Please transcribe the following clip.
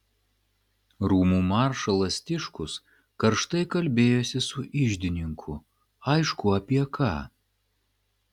rūmų maršalas tiškus karštai kalbėjosi su iždininku aišku apie ką